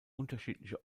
unterschiedliche